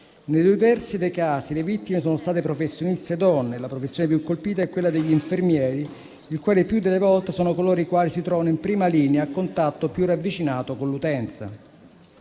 Nei due terzi dei casi le vittime sono state professioniste donne. La professione più colpita è quella degli infermieri, che il più delle volte sono coloro che si trovano in prima linea, a contatto più ravvicinato con l'utenza.